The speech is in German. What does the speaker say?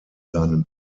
seinen